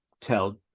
tell